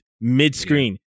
mid-screen